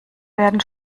werden